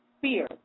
fear